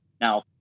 now